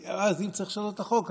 אם צריך לשנות את החוק,